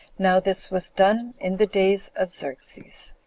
now this was done in the days of xerxes.